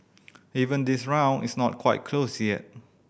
even this round is not quite closed yet